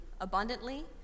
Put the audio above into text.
abundantly